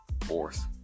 fourth